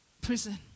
Prison